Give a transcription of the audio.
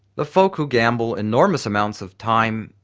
the folk who gamble enormous amounts of time,